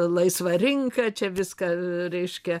laisva rinka čia viską reiškia